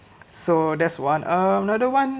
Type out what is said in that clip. so that's one uh another one